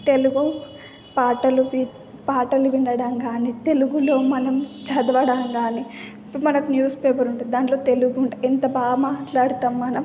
తెలుగు పాటలు వి పాటలు వినడం కాని తెలుగులో మనం చదవడం కాని ఇప్పుడు మనకు న్యూస్ పేపర్ ఉంటుంది దాంట్లో తెలుగు ఉంటుంది ఎంత బాగా మాట్లాడుతాం మనం